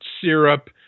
syrup